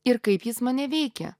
ir jis mane veikia